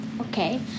Okay